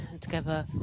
Together